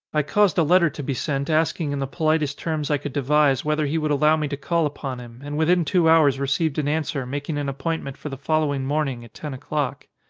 i caused a letter to be sent asking in the politest terms i could devise whether he would allow me to call upon him and within two hours received an answer making an appointment for the following morning at ten o'clock.